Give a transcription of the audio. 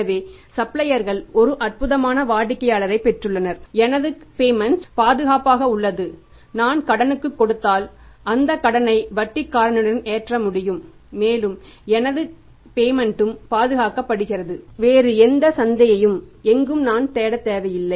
எனவே சப்ளையர்கள் ஒரு அற்புதமான வாடிக்கையாளரைப் பெற்றுள்ளனர் எனது பேமென்ட் பாதுகாக்கப்படுகிறது வேறு எந்த சந்தையையும் சுற்றி எங்கும் நான் தேடத் தேவையில்லை